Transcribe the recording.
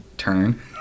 turn